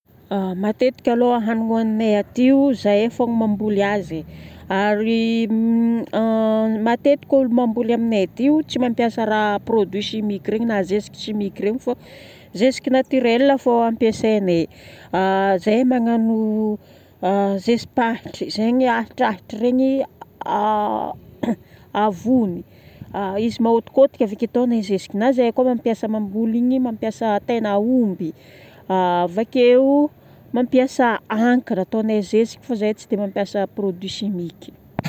Matetika aloha hanigna hohanignay aty io zay avao no maboly azy ary ma matetika olo mamboly aminay aty io tsy mampiasa raha produit chimique regny na zeziky chimique regny fô zeziky naturel fô ampiasainay. Zahay magnano zezi-pahitry. Zegny ahitrahitra regny avony. Izy mahôtikotiky afaka ataonay zeziky. Na zahay koa mampiasa mamboly igny mampiasa tain'aomby. Avakeo mampiasa encre ataonay zeziky fa zahay tsy dia mampiasa produit chimique.